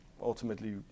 ultimately